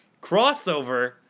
Crossover